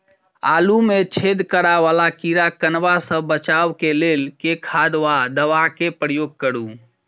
आलु मे छेद करा वला कीड़ा कन्वा सँ बचाब केँ लेल केँ खाद वा दवा केँ प्रयोग करू?